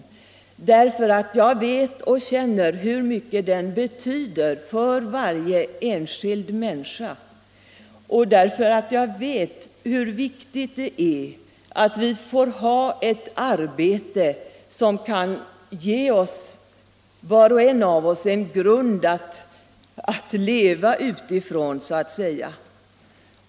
Jag gör det därför att jag vet och känner hur mycket den betyder för varje enskild människa. Jag vet hur viktigt det är att var och en av oss får ha ett arbete som kan ge oss en grund att leva på.